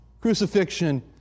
crucifixion